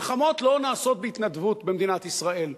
מלחמות לא נעשות בהתנדבות במדינת ישראל,